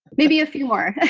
maybe a few more.